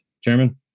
Chairman